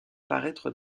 paraître